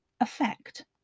effect